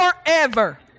forever